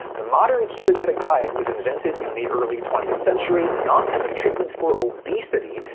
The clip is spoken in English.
the modern ketogenic diet was invented in the early twentieth century, not as treatment for obesity,